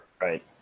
right